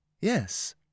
Yes